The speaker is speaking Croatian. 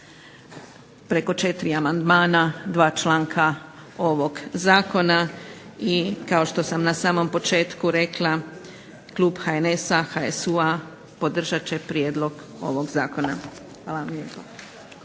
preko 4 amandmana 2 članka ovog Zakona i kao što sam na samom početku rekla, Klub HNS HSU-a podržat će Prijedlog ovog zakon. Hvala lijepa.